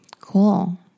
Cool